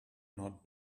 not